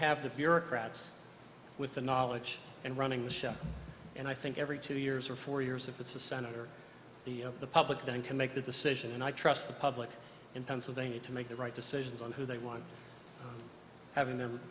have the bureaucrats with the knowledge and running the show and i think every two years or four years if it's a senator the public then can make that decision and i trust the public in pennsylvania to make the right decisions on who they want having them